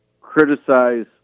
criticize